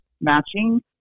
matching